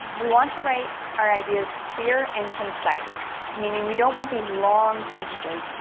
we want to write our ideas clear and concise, meaning we don't want these long sentences,